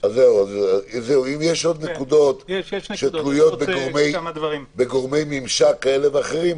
אם יש עוד נקודות שתלויות בגורמי ממשק כאלה ואחרים,